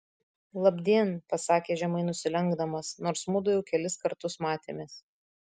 labdien pasakė žemai nusilenkdamas nors mudu jau kelis kartus matėmės